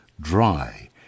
dry